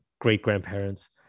great-grandparents